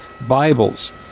Bibles